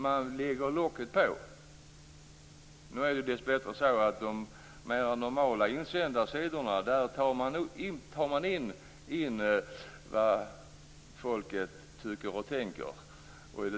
Man lägger locket på. Nu är det dessbättre så att man på de mer normala insändarsidorna tar in vad folket tycker och tänker.